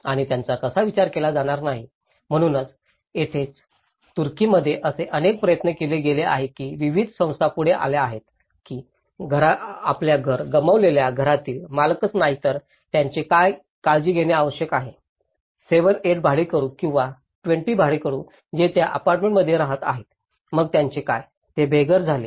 आणि त्यांचा कसा विचार केला जाणार नाही म्हणूनच तेथेच तुर्कीमध्ये असे अनेक प्रयत्न केले गेले आहेत की विविध संस्था पुढे आल्या आहेत की आम्हाला घर गमावलेल्या घरातील मालकच नाही तर त्यांचे काय काळजी घेणे आवश्यक आहे 7 8 भाडेकरू किंवा 20 भाडेकरू जे त्या अपार्टमेंटमध्ये रहात आहेत मग त्यांचे काय जे बेघर झाले